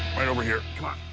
right over here. come on.